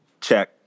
check